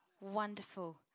Wonderful